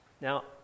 Now